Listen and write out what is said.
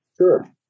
Sure